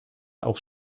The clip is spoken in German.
auch